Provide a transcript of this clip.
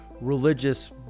religious